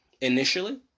initially